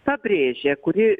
pabrėžė kuri